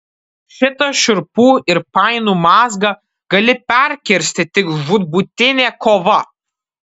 šitą šiurpų ir painų mazgą gali perkirsti tik žūtbūtinė kova